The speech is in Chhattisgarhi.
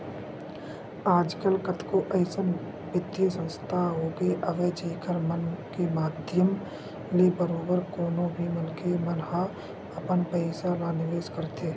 आजकल कतको अइसन बित्तीय संस्था होगे हवय जेखर मन के माधियम ले बरोबर कोनो भी मनखे मन ह अपन पइसा ल निवेस करथे